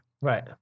Right